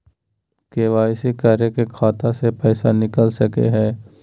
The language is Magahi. के.वाई.सी करा के खाता से पैसा निकल सके हय?